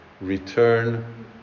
return